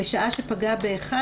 בשעה שפגע באחד,